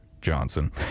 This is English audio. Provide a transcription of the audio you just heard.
Johnson